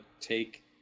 take